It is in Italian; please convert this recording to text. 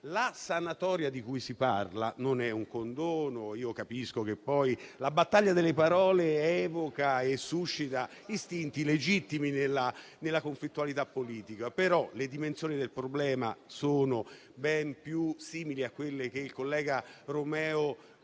La sanatoria di cui si parla non è un condono, anche se capisco che poi la battaglia delle parole evochi e susciti istinti legittimi nella conflittualità politica, ma le dimensioni del problema sono ben più simili a quelle che il collega Romeo